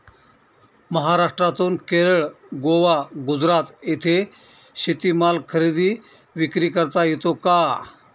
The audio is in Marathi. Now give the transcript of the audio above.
महाराष्ट्रातून केरळ, गोवा, गुजरात येथे शेतीमाल खरेदी विक्री करता येतो का?